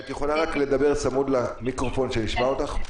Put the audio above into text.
את יכולה לדבר צמוד למיקרופון כדי שנשמע אותך?